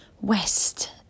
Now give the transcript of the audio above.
west